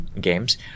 games